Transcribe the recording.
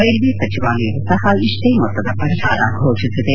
railway ಸಚಿವಾಲಯವೂ ಸಹ ಇಷ್ಸೇ ಮೊತ್ತದ ಪರಿಹಾರ ಘೋಷಿಸಿದೆ